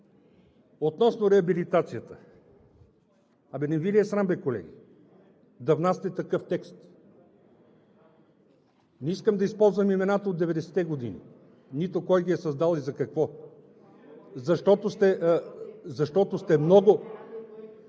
относно реабилитацията. Не Ви ли е срам, бе колеги, да внасяте такъв текст?! Не искам да използвам имената от 90-те години, нито кой ги е създал и за какво. КРАСИМИР ЦИПОВ